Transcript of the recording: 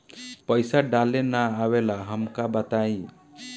पईसा डाले ना आवेला हमका बताई?